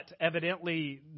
evidently